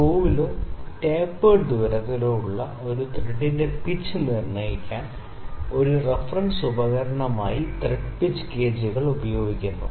സ്ക്രൂയിലോ tapered ദ്വാരത്തിലോ ഉള്ള ഒരു ത്രെഡിന്റെ പിച്ച് നിർണ്ണയിക്കാൻ ഒരു റഫറൻസ് ഉപകരണമായി ത്രെഡ് പിച്ച് ഗേജുകൾ ഉപയോഗിക്കുന്നു